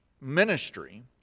ministry